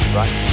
right